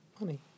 money